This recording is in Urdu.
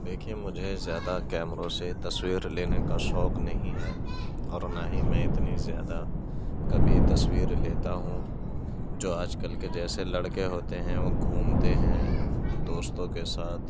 دیکھیے مجھے زیادہ کیمروں سے تصویر لینے کا شوق نہیں ہے اور نہ ہی میں اتنی زیادہ کبھی تصویر لیتا ہوں جو آج کل کے جیسے لڑکے ہوتے ہیں وہ گھومتے ہیں دوستوں کے ساتھ